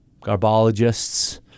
garbologists